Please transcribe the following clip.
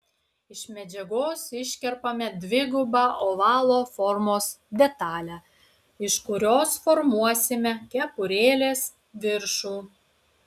iš medžiagos iškerpame dvigubą ovalo formos detalę iš kurios formuosime kepurėlės viršų